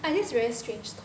I have this very strange story